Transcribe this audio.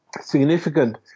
significant